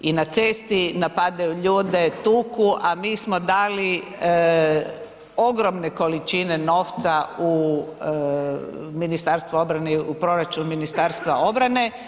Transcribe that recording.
I na cesti napadajju ljude, tuku a mi smo dali ogromne količine novca u Ministarstvo obrane, u proračun Ministarstva obrane.